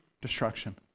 destruction